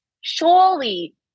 surely